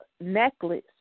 necklace